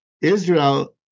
Israel